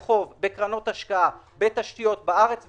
בחוב, בקרנות השקעה בתשתיות בארץ ובחו"ל,